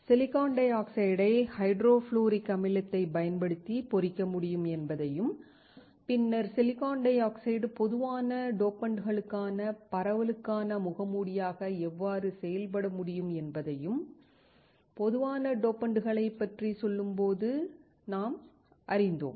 silicon டை ஆக்சைடை hydrofluoric அமிலத்தைப் பயன்படுத்தி பொறிக்க முடியும் என்பதையும் பின்னர் சிலிகான் டை ஆக்சைடு பொதுவான டோபண்ட்களுக்கான பரவலுக்கான முகமூடியாக எவ்வாறு செயல்பட முடியும் என்பதையும் பொதுவான டோபண்ட்களைப் பற்றிச் சொல்லும் போது நாம் அறிவோம்